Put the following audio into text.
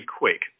quick